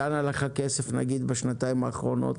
לאן הלך הכסף בשנתיים האחרונות,